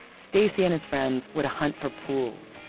stacy and his friends would hunt for pools.